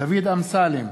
דוד אמסלם,